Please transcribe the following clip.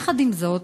עם זאת,